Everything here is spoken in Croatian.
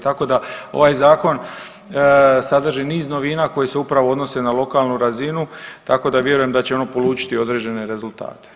Tako da ovaj zakon sadrži niz novina koji se upravo odnose na lokalnu razinu tako da vjerujem da će ono polučiti određene rezultate.